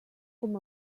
com